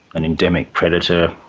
an endemic predator,